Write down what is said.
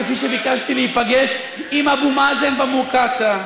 כפי שביקשתי להיפגש עם אבו מאזן במוקטעה,